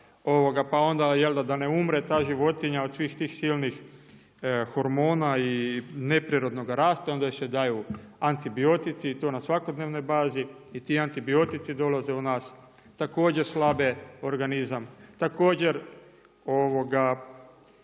jel' da, da ne umre ta životinja od svih tih silnih hormona i neprirodnoga rasta onda joj se daju antibiotici i to na svakodnevnoj bazi. I ti antibiotici dolaze u nas, također slabe organizam, također